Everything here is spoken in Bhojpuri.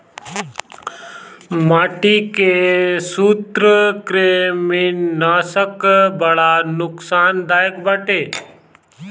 माटी के सूत्रकृमिनाशक बड़ा नुकसानदायक बाटे